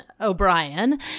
O'Brien